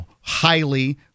highly